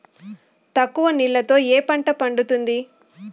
తక్కువ నీళ్లతో ఏ పంట పండుతుంది?